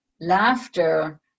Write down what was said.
laughter